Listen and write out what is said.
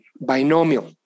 binomial